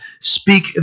speak